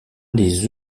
les